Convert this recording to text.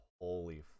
holy